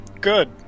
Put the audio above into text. good